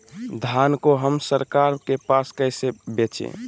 धान को हम सरकार के पास कैसे बेंचे?